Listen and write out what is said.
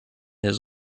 his